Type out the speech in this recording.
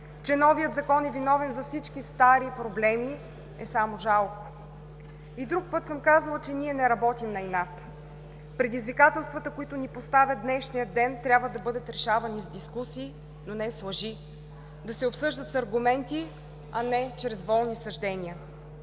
че новият закон е виновен за всички стари проблеми, е само жалко. И друг път съм казвала, че ние не работим на инат. Предизвикателствата, които ни поставя днешният ден, трябва да бъдат решавани с дискусии, но не с лъжи, да се обсъждат с аргументи, а не чрез волни съждения.